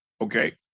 Okay